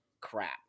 crap